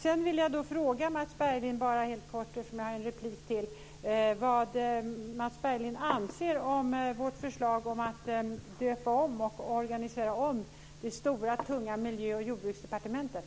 Sedan vill jag bara fråga Mats Berglind helt kort, eftersom jag har en replik till, vad Mats Berglind anser om vårt förslag att döpa om och organisera om det stora, tunga miljö och jordbruksdepartementet.